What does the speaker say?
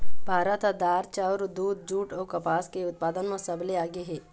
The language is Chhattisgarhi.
भारत ह दार, चाउर, दूद, जूट अऊ कपास के उत्पादन म सबले आगे हे